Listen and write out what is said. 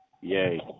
Yay